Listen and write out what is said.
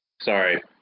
Sorry